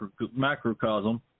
macrocosm